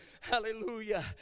Hallelujah